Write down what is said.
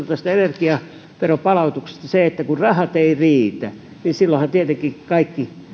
tästä energiaveronpalautuksesta että silloin kun rahat eivät riitä niin kaikki